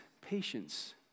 patience